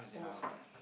almost fight